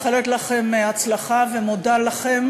מאחלת לכם הצלחה ומודה לכם